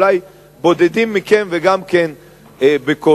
אולי בודדים מכם, וגם כן בקושי.